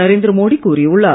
நரேந்திரமோடி கூறியுள்ளார்